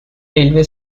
railway